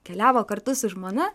keliavo kartu su žmona